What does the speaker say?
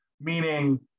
Meaning